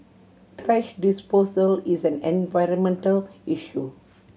thrash disposal is an environmental issue